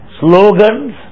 slogans